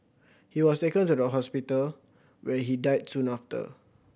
he was taken to the hospital where he died soon after